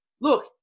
look